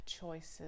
choices